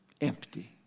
Empty